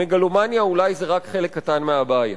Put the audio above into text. מגלומניה אולי זה רק חלק קטן מהבעיה.